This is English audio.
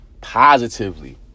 Positively